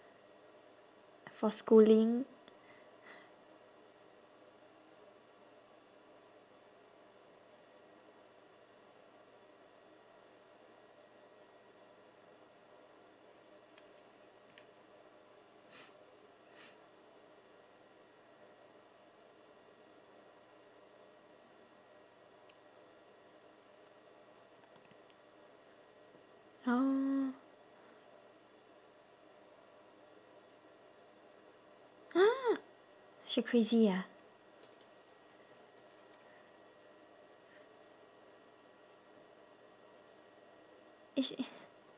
for schooling she crazy ah